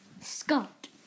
Scott